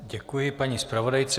Děkuji paní zpravodajce.